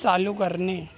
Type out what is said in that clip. चालू करणे